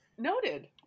noted